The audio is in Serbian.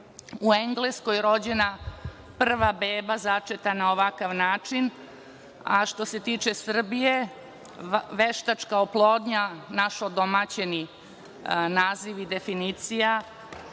u Engleskoj rođena prva beba začeta na ovakav način, a što se tiče Srbije veštačka oplodnja, naš odomaćeni naziv i definicija,